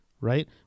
right